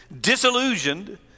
disillusioned